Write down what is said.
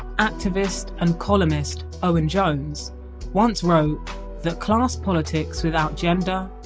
activist and columnist owen jones once wrote that class politics without gender,